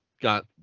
got